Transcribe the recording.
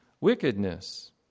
wickedness